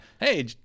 hey